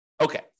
Okay